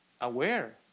aware